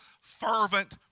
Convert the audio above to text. fervent